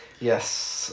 yes